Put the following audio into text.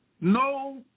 no